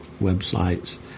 websites